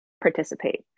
participate